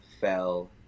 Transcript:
fell